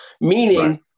meaning